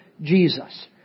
Jesus